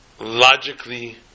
logically